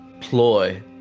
ploy